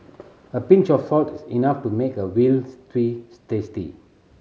a pinch of salt is enough to make a veal stew tasty